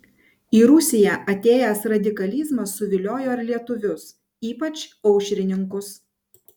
į rusiją atėjęs radikalizmas suviliojo ir lietuvius ypač aušrininkus